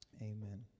Amen